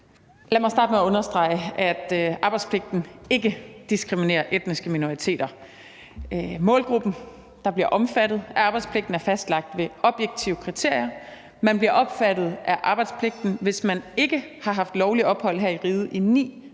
Lad mig starte med at understrege, at arbejdspligten ikke diskriminerer etniske minoriteter. Målgruppen, der bliver omfattet af arbejdspligten, er fastlagt ved objektive kriterier. Man bliver omfattet af arbejdspligten, hvis man ikke har haft lovligt ophold her i riget i 9 år